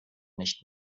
nicht